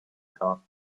thought